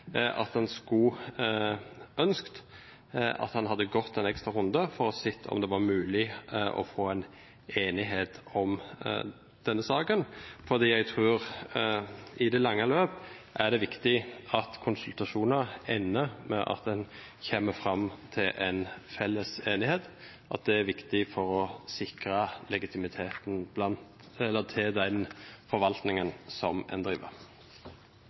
at en hadde gått en ekstra runde for å ha sett om det var mulig å få en enighet om denne saken, fordi jeg tror at det i det lange løp er viktig at konsultasjoner ender med at en kommer fram til en felles enighet, at det er viktig for å sikre legitimiteten til den forvaltningen en driver.